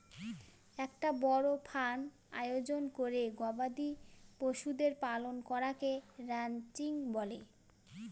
একটা বড় ফার্ম আয়োজন করে গবাদি পশুদের পালন করাকে রানচিং বলে